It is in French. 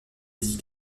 dit